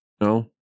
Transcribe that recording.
No